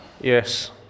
Yes